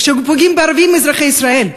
כשפוגעים בערבים אזרחי ישראל,